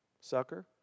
sucker